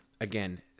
again